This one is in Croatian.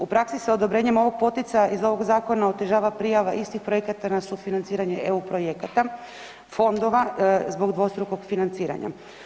U praksi se odobrenjem ovog poticaja iz ovog zakona otežava prijava istih projekata na sufinanciranje EU projekata, fondova zbog dvostrukog financiranja.